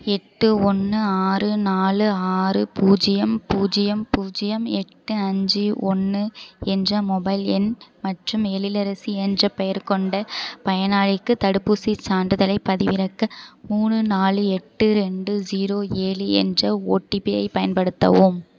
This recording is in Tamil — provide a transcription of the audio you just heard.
எட்டு ஒன்று ஆறு நாலு ஆறு பூஜ்ஜியம் பூஜ்ஜியம் பூஜ்ஜியம் எட்டு அஞ்சு ஒன்று என்ற மொபைல் எண் மற்றும் எழிலரசி என்ற பெயர் கொண்ட பயனாளிக்கு தடுப்பூசிச் சான்றிதழைப் பதிவிறக்க மூணு நாலு எட்டு ரெண்டு ஜீரோ ஏழு என்ற ஒடிபியை பயன்படுத்தவும்